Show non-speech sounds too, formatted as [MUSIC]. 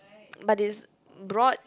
[NOISE] but is broad